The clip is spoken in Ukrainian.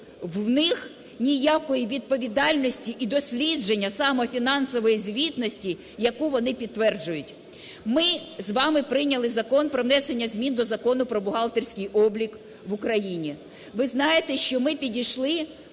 в них ніякої відповідальності і дослідження саме фінансової звітності, яку вони підтверджують. Ми з вами прийняли Закон "Про внесення змін до Закону "Про бухгалтерський облік в Україні". Ви знаєте, що ми підійшли